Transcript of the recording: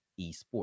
eSports